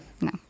No